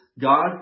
God